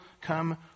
come